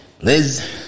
Liz